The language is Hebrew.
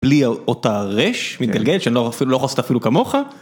בלי אותה רש מתגלגלת שלא יכול לעשות אפילו כמוך.